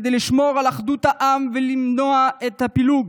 כדי לשמור על אחדות העם ולמנוע את הפילוג,